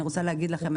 אני רוצה להגיד לכם,